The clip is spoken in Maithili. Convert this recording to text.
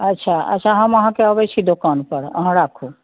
अच्छा अच्छा हम अहाँकेँ अबैत छी दोकान पर अहाँ राखू